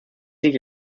liegt